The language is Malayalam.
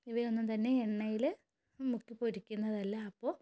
ഇവ ഒന്നും തന്നെ എണ്ണയിൽ മുക്കി പൊരിക്കുന്നതല്ല അപ്പോൾ